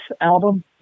album